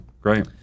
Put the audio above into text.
Great